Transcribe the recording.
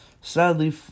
sadly